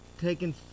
taking